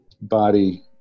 body